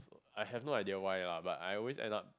I have no idea why lah but I always end up